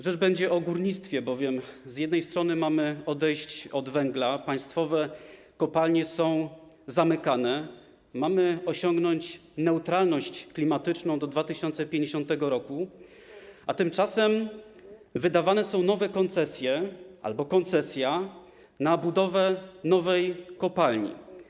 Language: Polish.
Rzecz będzie o górnictwie, bowiem z jednej strony mamy odejść od węgla, państwowe kopalnie są zamykane, mamy osiągnąć neutralność klimatyczną do 2050 r., a tymczasem wydawane są nowe koncesje, albo koncesja, na budowę nowej kopalni.